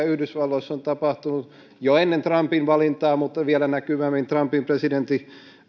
yhdysvalloissa on tapahtunut jo ennen trumpin valintaa mutta vielä näkyvämmin trumpin presidentiksi